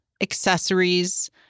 accessories